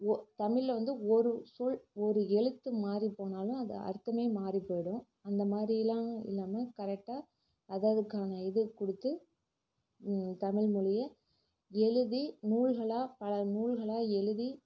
ஒ தமிழ்ல வந்து ஒரு சொல் ஒரு எழுத்து மாறிப்போனாலும் அது அர்த்தமே மாறிப்போயிடும் அந்த மாதிரியெல்லாம் இல்லாமல் கரெக்டாக அதை அதுக்கான இது கொடுத்து தமிழ்மொழியை எழுதி நூல்களாக பல நூல்களாக எழுதி